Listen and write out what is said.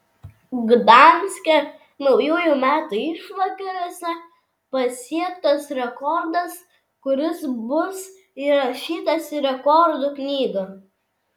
gdanske naujųjų metų išvakarėse pasiektas rekordas kuris bus įrašytas į rekordų knygą